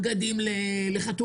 חנויות בגדים לחתונות,